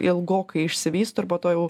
ilgokai išsivysto ir po to jau